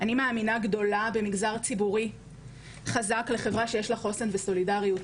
אני מאמינה גדולה במגזר ציבורי חזק לחברה שיש בה חוסן וסולידאריות